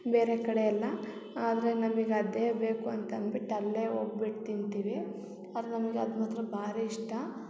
ಬೇರೆ ಕಡೆ ಎಲ್ಲ ಆದರೆ ನಮಗೆ ಅದೇ ಬೇಕು ಅಂತ ಅನ್ಬಿಟ್ಟು ಅಲ್ಲೇ ಹೋಗ್ಬಿಟ್ ತಿಂತೀವಿ ಆದ್ರೆ ನಮಗೆ ಅದು ಮಾತ್ರ ಭಾರಿ ಇಷ್ಟ